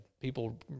people